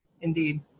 Indeed